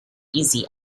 easy